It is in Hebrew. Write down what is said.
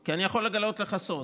כי אני יכול לגלות לך סוד,